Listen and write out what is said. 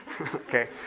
okay